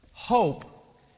Hope